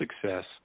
success